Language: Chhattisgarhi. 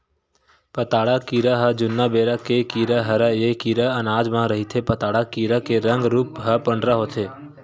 पताड़ा कीरा ह जुन्ना बेरा के कीरा हरय ऐ कीरा अनाज म रहिथे पताड़ा कीरा के रंग रूप ह पंडरा होथे